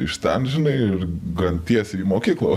iš ten žinai ir gan tiesiai į mokyklą